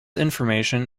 information